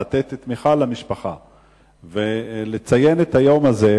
לתת תמיכה למשפחה ולציין את היום הזה,